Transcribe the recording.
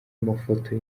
amafoto